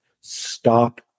Stop